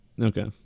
Okay